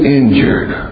injured